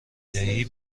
دهی